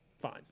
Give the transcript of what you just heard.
fine